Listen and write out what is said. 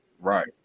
right